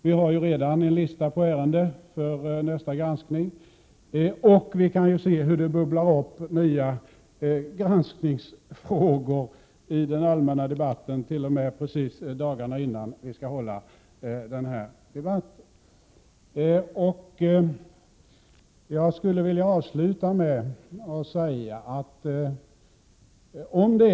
Vi har redan en lista på ärenden för nästa granskning, och vi kan ju se hur nya granskningsfrågor bubblar upp i den allmänna debatten t.o.m. precis dagarna innan vi skall hålla den här debatten.